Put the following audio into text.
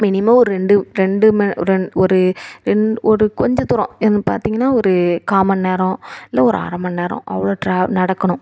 minimum ஒரு ரெண்டு ரெண்டு ம ஒரு ரெண்டு ஒரு ரெண்டு ஒரு கொஞ்சம் தூரம் இங்கேருந்து பார்த்தீங்கன்னா ஒரு கால் மணி நேரம் இல்லை ஒரு அரை மணி நேரம் அவ்வளோ ட்ராவ் நடக்கணும்